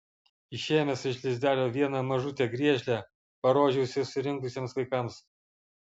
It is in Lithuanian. išėmęs iš lizdelio vieną mažutę griežlę parodžiau susirinkusiems vaikams